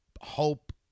hope